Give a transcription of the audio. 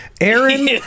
aaron